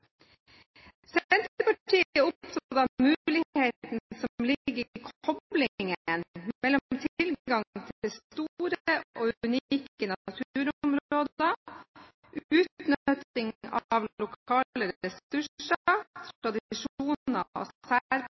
Senterpartiet er opptatt av muligheten som ligger i koblingen mellom tilgang til store og unike naturområder, utnytting av lokale ressurser, tradisjoner og